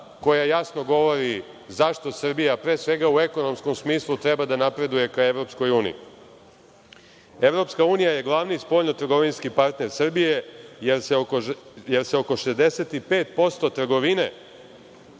koja jasno govori zašto Srbija, pre svega, u ekonomskom smislu treba da napreduje ka Evropskoj uniji. Evropska unija je glavni spoljno-trgovinski partner Srbije, jer se oko 65% trgovine